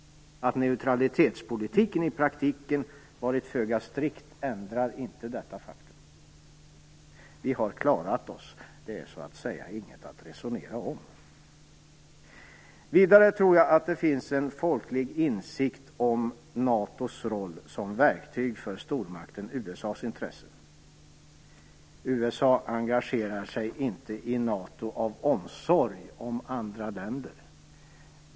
Att neutralitetspolitiken i praktiken varit föga strikt ändrar inte detta faktum. Vi har klarat oss - det är så att säga inget att resonera om. Vidare tror jag att det finns en folklig insikt om NATO:s roll som verktyg för stormakten USA:s intressen. USA engagerar sig inte i NATO av omsorg om andra länder.